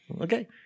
okay